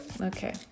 Okay